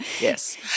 Yes